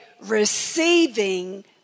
receiving